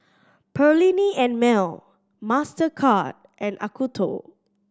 Perllini and Mel Mastercard and Acuto